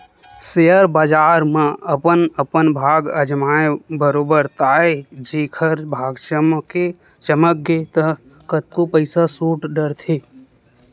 share बजार म अपन अपन भाग अजमाय बरोबर ताय जेखर भाग चमक गे ता कतको पइसा सोट डरथे